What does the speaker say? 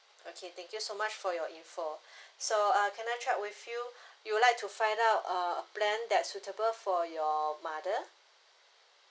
okay thank you so much for your info so uh can I try with you you would like to find out uh a plan that suitable for your mother